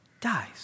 dies